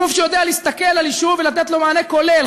גוף שיודע להסתכל על יישוב ולתת לו מענה כולל,